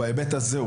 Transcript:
הוא חריג בהיבט הזה,